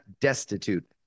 destitute